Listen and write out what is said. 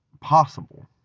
possible